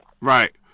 Right